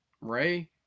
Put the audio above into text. Ray